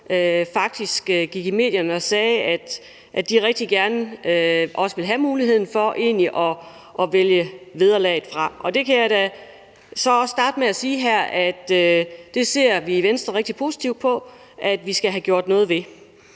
faktisk gik i medierne og sagde, at de egentlig rigtig gerne ville have muligheden for at vælge vederlaget fra. Og det kan jeg da så også starte med at sige her, nemlig at det ser vi i Venstre rigtig positivt på at vi får gjort noget ved.